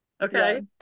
Okay